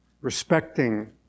respecting